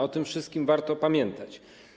O tym wszystkim warto pamiętać.